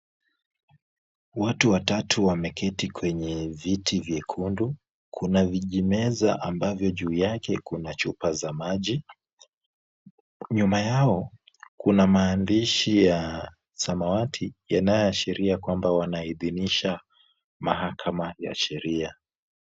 Watu watatu wameketi kwenye viti vyekundu. Kuna vijimeza ambayo juu yake kuna chupa za maji. Nyuma yao kuna maandishi ya samawati yanaashiria kuwa wanaidhinisha mahakama ya sheria.